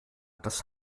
das